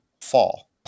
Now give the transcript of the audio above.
fall